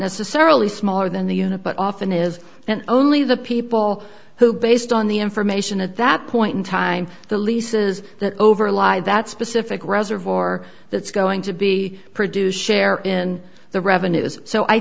necessarily smaller than the unit but often is only the people who based on the information at that point in time the leases that over a lie that specific reservoir that's going to be produce share in the revenues so i